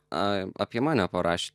a apie mane parašė